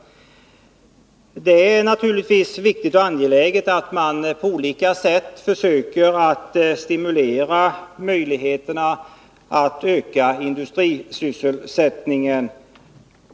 Det är naturligtvis viktigt och angeläget att på olika sätt försöka stimulera möjligheterna att öka industrisysselsättningen.